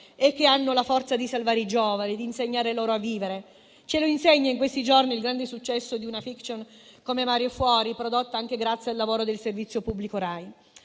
mondo, hanno la forza di salvare i giovani, di insegnare loro a vivere. Ce lo insegna in questi giorni il grande successo di una *fiction* come «Mare fuori», prodotta anche grazie al lavoro del servizio pubblico Rai.